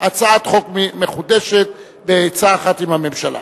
הצעת חוק מחודשת בעצה אחת עם הממשלה.